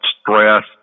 stress